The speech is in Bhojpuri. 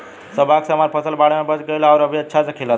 सौभाग्य से हमर फसल बाढ़ में बच गइल आउर अभी अच्छा से खिलता